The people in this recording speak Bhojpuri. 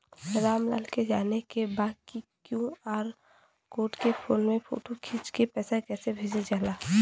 राम लाल के जाने के बा की क्यू.आर कोड के फोन में फोटो खींच के पैसा कैसे भेजे जाला?